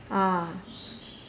ah